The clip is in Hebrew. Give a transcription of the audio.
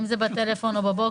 אם זה בטלפון או בבוקר,